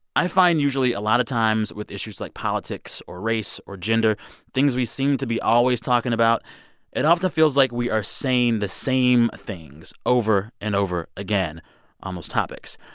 i find usually a lot of times with issues like politics or race or gender things we seem to be always talking about it often feels like we are saying the same things over and over again on those topics.